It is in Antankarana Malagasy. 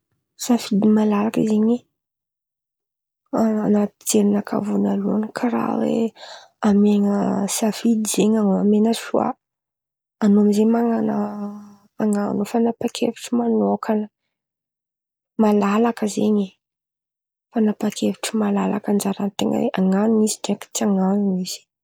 Safidy malalaka zen̈y ao an̈aty jerinakà vônaloan̈y karàha oe amian̈a safidy zen̈y an̈ao amian̈a soaha, an̈ao zen̈y man̈ana fan̈apan-kevitry manôkan̈a, malaka zen̈y e, fanampan-kevitry malalaka anjaran-ten̈a anan̈o izy ndraiky tsy anan̈o izy.